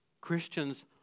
Christians